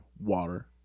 water